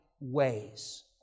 ways